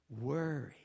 worry